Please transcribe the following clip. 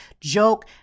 Joke